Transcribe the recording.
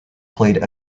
played